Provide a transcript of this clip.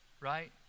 right